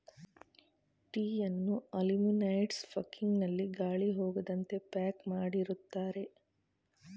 ಟೀಯನ್ನು aluminized packing ನಲ್ಲಿ ಗಾಳಿ ಹೋಗದಂತೆ ಪ್ಯಾಕ್ ಮಾಡಿರುತ್ತಾರೆ